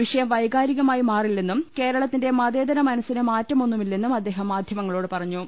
വിഷയം വൈകാരികമായി മാറില്ലെന്നും കേരള ത്തിന്റെ മതേതര മനസ്സിന് മാറ്റമൊന്നുമില്ലെന്നും അദ്ദേഹം മാധ്യ മങ്ങളോട് പറഞ്ഞു